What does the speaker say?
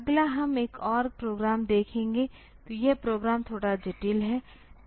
अगला हम एक और प्रोग्राम देखेंगे तो यह प्रोग्राम थोड़ा जटिल है